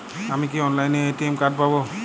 আমি কি অনলাইনে এ.টি.এম কার্ড পাব?